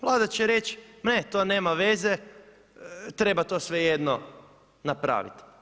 Vlada će reći ne, to nema veze treba to svejedno napraviti.